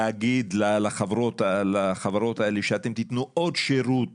להגיד לחברות האלה שאתם תתנו עוד שירות